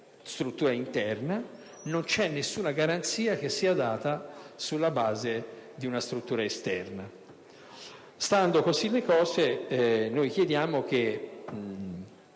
struttura interna, mentre non c'è nessuna garanzia che sia data da una struttura esterna. Stando così le cose, noi chiediamo che